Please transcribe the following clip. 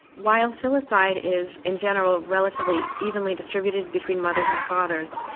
while filicide is in general relatively evenly distributed between mothers and fathers,